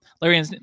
Larry